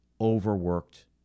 overworked